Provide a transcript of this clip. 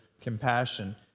compassion